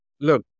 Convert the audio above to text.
look